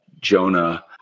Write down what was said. Jonah